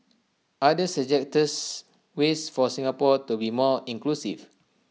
others suggests ways for Singapore to be more inclusive